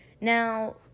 Now